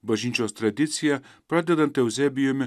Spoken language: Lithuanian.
bažnyčios tradicija pradedant euzebijumi